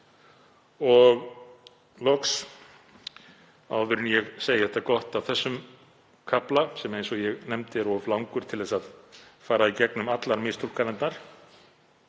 horf. Áður en ég segi þetta gott af þessum kafla sem, eins og ég nefndi, er of langur til að fara í gegnum allar mistúlkanirnar,